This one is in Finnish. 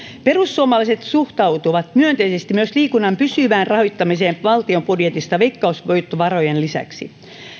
perussuomalaiset suhtautuvat myönteisesti myös liikunnan pysyvään rahoittamiseen valtion budjetista veikkausvoittovarojen lisäksi